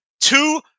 two